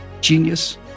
genius